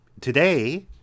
Today